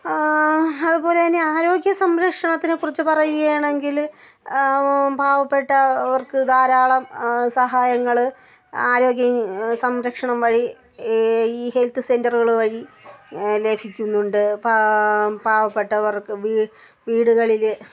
അതുപോലെ തന്നെ ആരോഗ്യ സംരക്ഷണത്തിനെക്കുറിച്ച് പറയുകയാനെങ്കിൽ പാവപ്പെട്ടവർക്ക് ധാരാളം സഹായങ്ങൾ ആരോഗ്യ സംരക്ഷണം വഴി ഈ ഹെൽത്ത് സെൻ്ററുകൾ വഴി ലഭിക്കുന്നുണ്ട് പാ പാവപ്പെട്ടവർക്ക് വീടുകളിൽ